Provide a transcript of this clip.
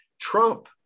Trump